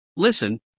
Listen